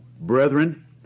Brethren